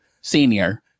senior